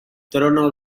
trono